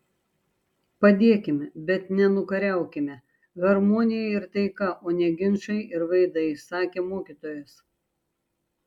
padėkime bet ne nukariaukime harmonija ir taika o ne ginčai ir vaidai sakė mokytojas